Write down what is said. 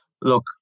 Look